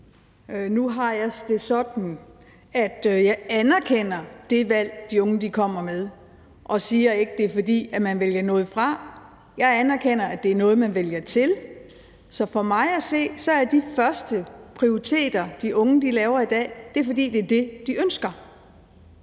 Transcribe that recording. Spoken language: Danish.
Nu har jeg det sådan, at jeg anerkender de valg, de unge tager, og jeg siger ikke, at det er, fordi man vælger noget fra. Jeg anerkender, at det er noget, man vælger til. Så for mig at se er de førsteprioriteter, som de unge kommer med i dag, begrundet i, at det er dem, de ønsker.